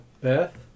Beth